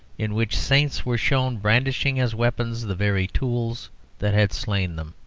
in which saints were shown brandishing as weapons the very tools that had slain them.